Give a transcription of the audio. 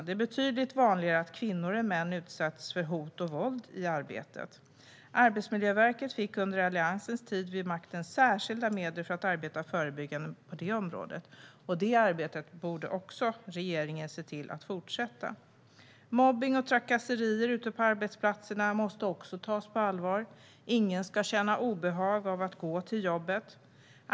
Det är betydligt vanligare att kvinnor utsätts för hot och våld i arbetet än att män gör det. Arbetsmiljöverket fick under Alliansens tid vid makten särskilda medel för att arbeta förebyggande på detta område. Också detta arbete borde regeringen se till att fortsätta. Mobbning och trakasserier ute på arbetsplatserna måste tas på allvar. Ingen ska känna obehag av att gå till jobbet.